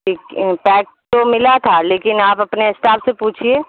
pack تو ملا تھا لیکن آپ اپنے اسٹاف سے پوچھیے